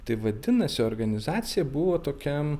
tai vadinasi organizacija buvo tokia